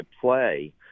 play